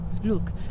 Look